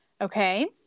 Okay